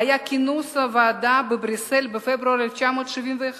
היה כינוס הוועידה בבריסל בפברואר 1971,